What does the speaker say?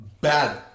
bad